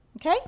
okay